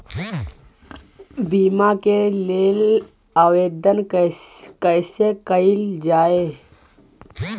बीमा के लेल आवेदन कैसे कयील जाइ?